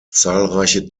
zahlreiche